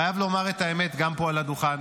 אני חייב לומר את האמת גם פה על הדוכן.